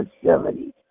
facilities